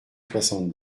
soixante